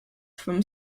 from